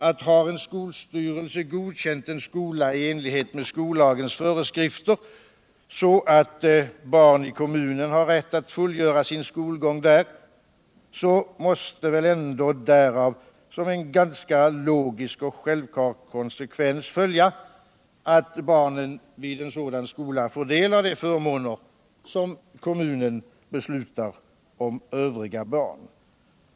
att har en skoölstyretse godkänt en skola i enlighet med skollagens föreskrifter, så att barn i kommunen har rätt att fullgöra sin skolgång där, måste väl ändå dirav som en ganska logisk och självklar konsekvens följa att barnen vid en sådan skola får del av de förmåner som kommunen beviljar övriga barn.